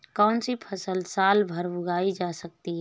कौनसी फसल साल भर उगाई जा सकती है?